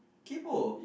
kaypo